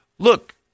Look